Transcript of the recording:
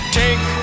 take